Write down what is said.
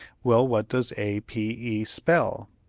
well, what does a p e spell?